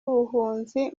ubuhunzi